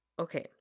Okay